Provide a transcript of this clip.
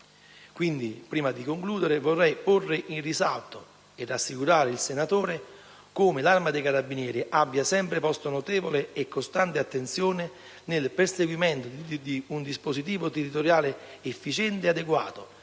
Prima di concludere, vorrei quindi porre in risalto - e rassicurare il senatore - come l'Arma dei carabinieri abbia sempre posto notevole e costante attenzione nel perseguimento di un dispositivo territoriale efficiente e adeguato